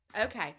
Okay